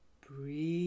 Breathe